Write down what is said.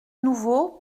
nouveau